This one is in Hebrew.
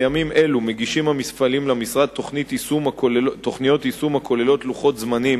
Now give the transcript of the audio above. בימים אלו מגישים המפעלים למשרד תוכניות יישום הכוללות לוחות זמנים